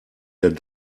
der